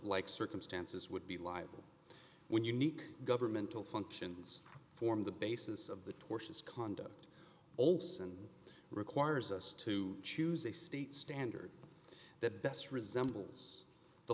like circumstances would be liable when unique governmental functions form the basis of the tortious conduct olsson requires us to choose a state standard that best resembles the